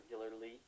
regularly